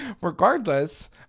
regardless